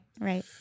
right